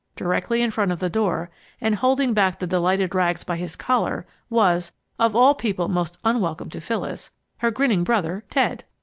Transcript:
directly in front of the door and holding back the delighted rags by his collar, was of all people most unwelcome to phyllis her grinning brother ted!